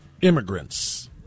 immigrants